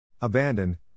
Abandoned